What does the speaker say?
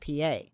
PA